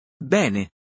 Bene